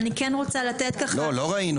לא ראינו